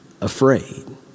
afraid